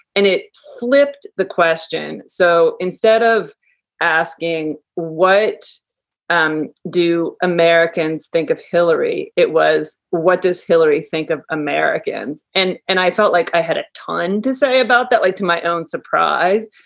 and it slipped the question. so instead of asking, what um do americans think of hillary, it was, what does hillary think of americans? and and i felt like i had a ton to say about that like to my own surprise.